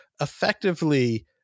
effectively